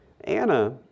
Anna